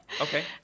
Okay